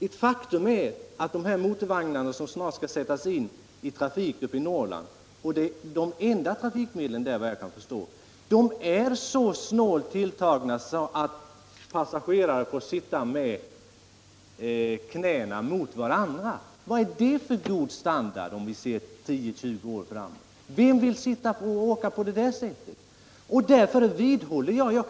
Ett faktum är att dessa vagnar som snart skall sättas in i trafik i Norrland — och de skall enligt vad jag kan förstå vara de enda trafikmedlen där — är så snålt tilltagna att passagerarna får sitta med knäna mot varandra. Är det god standard? Vem vill åka på det sättet om 10-20 år?